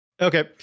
Okay